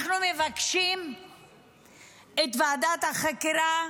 אנחנו מבקשים את ועדת החקירה,